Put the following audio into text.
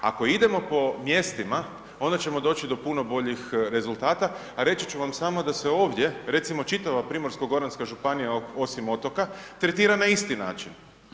Ako idemo po mjestima, onda ćemo doći do puno boljih rezultata a reći ću vam samo da se ovdje recimo čitava Primorsko-goranska županija osim otoka tretira na isti način.